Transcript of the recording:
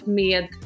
med